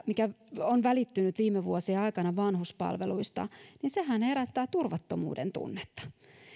mikä on välittynyt viime vuosien aikana vanhuspalveluista niin sehän herättää turvattomuudentunnetta